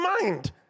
mind